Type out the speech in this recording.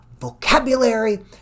vocabulary